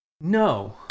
No